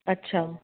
अच्छा